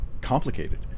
complicated